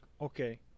okay